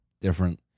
different